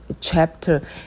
chapter